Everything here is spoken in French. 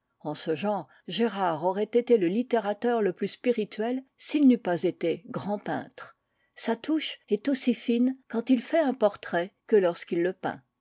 en ce genre gérard aurait été le littérateur le plus spirituel s'il n'eût pas été grand peintre sa touche est aussi fine quand il fait un portrait que lorsqu'il le peint